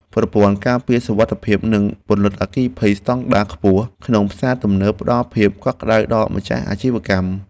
ប្រព័ន្ធការពារសុវត្ថិភាពនិងពន្លត់អគ្គីភ័យស្តង់ដារខ្ពស់ក្នុងផ្សារទំនើបផ្តល់ភាពកក់ក្តៅដល់ម្ចាស់អាជីវកម្ម។